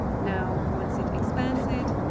now, once it expands it,